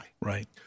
Right